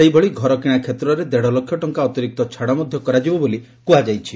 ସେହିଭଳି ଘର କିଶା କ୍ଷେତ୍ରରେ ଦେଢ ଲକ୍ଷ ଟଙ୍କା ଅତିରିକ୍ତ ଛାଡ ମଧ୍ କରାଯିବ ବୋଲି କୁହାଯାଇଛି